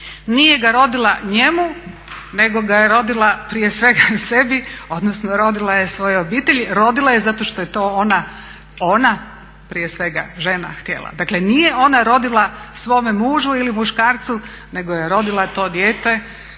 nije ga rodila njemu, nego ga je rodila prije svega sebi, odnosno rodila je svojoj obitelji, rodila je zato što je to ona prije svega žena htjela. Dakle nije ona rodila svome mužu ili muškarcu nego je rodila to dijete